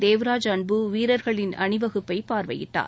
தேவராஜ் அன்பு வீரர்களின் அணிவகுப்பை பார்வையிட்டார்